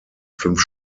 fünf